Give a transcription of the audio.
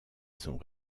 son